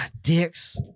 Dicks